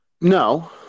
No